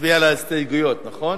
נצביע על ההסתייגויות, נכון?